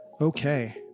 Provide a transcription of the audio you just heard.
Okay